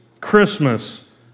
Christmas